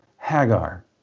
Hagar